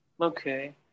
Okay